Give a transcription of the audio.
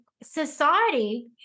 Society